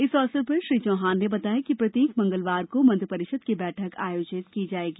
इस अवसर पर श्री चौहान ने बताया कि प्रत्येक मंगलवार को मंत्रि परिषद की बैठक आयोजित की जाएगी